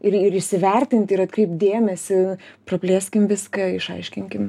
ir ir įsivertinti ir atkreipt dėmesį praplėskim viską išaiškinkim